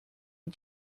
est